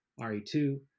re2